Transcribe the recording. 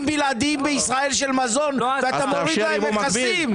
בלעדיים של מזון ואתה מוריד להם מכסים.